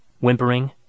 whimpering